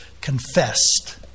confessed